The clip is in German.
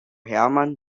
hermann